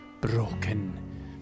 broken